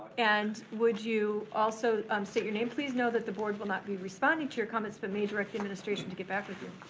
and would you also um state your name please? know that the board will not be responding to your comments, but may direct the administration to get back with you.